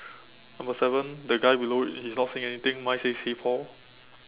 number seven the guy below it he's not saying anything mine says hey Paul